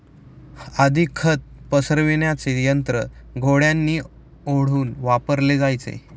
आधी खत पसरविण्याचे यंत्र घोड्यांनी ओढून वापरले जायचे